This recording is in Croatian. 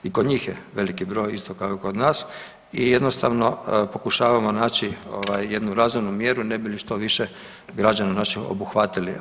I kod njih je veliki broj isto kao i kod nas i jednostavno pokušavamo naći jednu razumnu mjeru ne bi li što više građana naših obuhvatili.